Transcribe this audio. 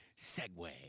Segway